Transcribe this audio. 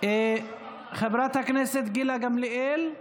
חברת הכנסת גילה גמליאל.